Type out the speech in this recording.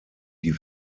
die